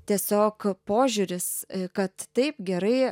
tiesiog požiūris kad taip gerai